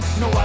no